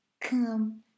come